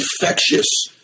infectious